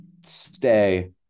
stay